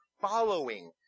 following